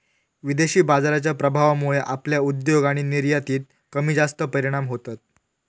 विदेशी बाजाराच्या प्रभावामुळे आपल्या उद्योग आणि निर्यातीत कमीजास्त परिणाम होतत